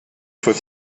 fois